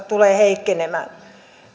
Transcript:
tulee heikkenemään